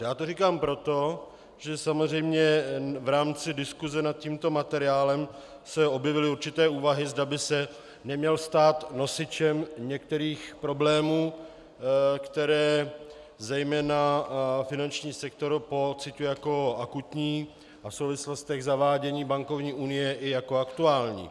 Já to říkám proto, že samozřejmě v rámci diskuse nad tímto materiálem se objevily určité úvahy, zda by se neměl stát nosičem některých problémů, které zejména finanční sektor pociťuje jako akutní a v souvislosti se zaváděním bankovní unie i jako aktuální.